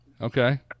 okay